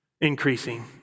increasing